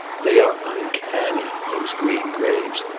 they are uncanny, those green graves,